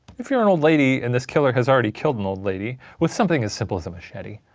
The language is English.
if you're an old lady and this killer has already killed an old lady with something as simple as a machete,